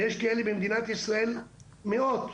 ויש כאלה במדינת ישראל מאות,